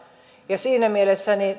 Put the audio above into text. ja siinä mielessä